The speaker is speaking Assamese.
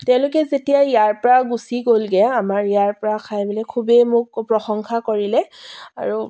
তেওঁলোকে যেতিয়া ইয়াৰ পৰা গুচি গ'লগৈ আমাৰ ইয়াৰ পৰা খাই মেলি খুবেই মোক প্ৰশংসা কৰিলে আৰু